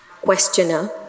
questioner